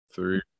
three